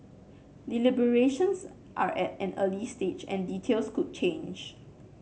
deliberations are at an early stage and details could change